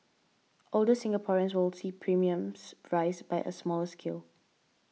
older Singaporeans will see premiums rise by a smaller scale